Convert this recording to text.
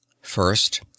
first